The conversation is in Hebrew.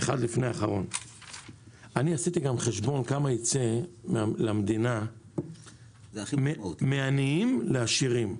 אני עשיתי חשבון כמה יצא למדינה מהעניים לעשירים.